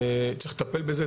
צריך לטפל בזה.